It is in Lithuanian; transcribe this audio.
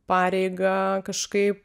pareigą kažkaip